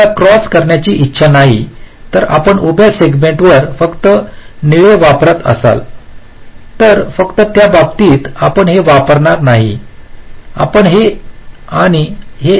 आपल्याला क्रॉस करण्याची इच्छा नाही तर आपण उभ्या सेगमेंट्स वर फक्त निळे वापरत असाल तर फक्त त्या बाबतीत आपण हे वापरणार नाही आपण हे आणि हे वापरू शकता